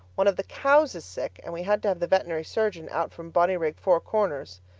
one of the cows is sick, and we had to have the veterinary surgeon out from bonnyrigg four corners.